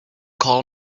call